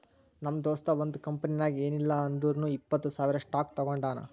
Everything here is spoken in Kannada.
ನಮ್ ದೋಸ್ತ ಒಂದ್ ಕಂಪನಿನಾಗ್ ಏನಿಲ್ಲಾ ಅಂದುರ್ನು ಇಪ್ಪತ್ತ್ ಸಾವಿರ್ ಸ್ಟಾಕ್ ತೊಗೊಂಡಾನ